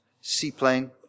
seaplane